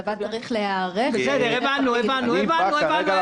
הצבא צריך להיערך --- בסדר, הבנו, הבנו.